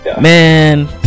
Man